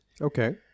Okay